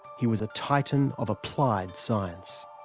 he was a titan of applied science.